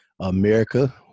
america